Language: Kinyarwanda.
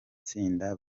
tsinda